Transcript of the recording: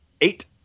Eight